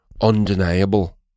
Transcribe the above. undeniable